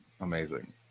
Amazing